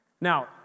now